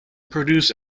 produce